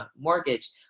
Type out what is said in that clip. mortgage